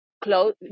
close